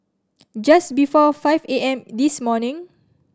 just before five A M this morning